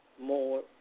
more